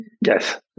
Yes